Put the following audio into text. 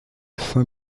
saint